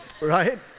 Right